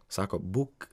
sako būk